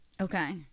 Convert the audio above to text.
okay